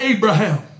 Abraham